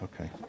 Okay